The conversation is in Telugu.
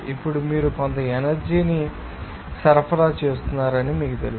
ఇప్పుడు మీరు కొంత ఎనర్జీ ని సరఫరా చేస్తున్నారని మీకు తెలుసు